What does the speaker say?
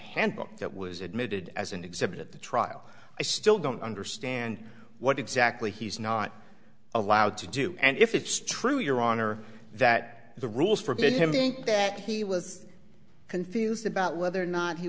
handbook that was admitted as an exhibit at the trial i still don't understand what exactly he's not allowed to do and if it's true your honor that the rules forbid him think that he was confused about whether or not he